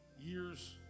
years